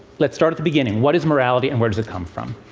let's start at the beginning what is morality, and where does it come from?